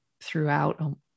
throughout